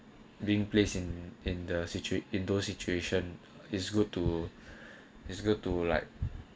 being placed in in the situat~ in those situation is good to it's good to like